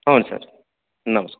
ಹ್ಞೂ ಸರ್ ನಮ್ಸ್ಕಾರ